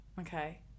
Okay